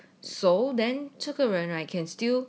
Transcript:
so then 这个人 can still